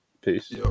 Peace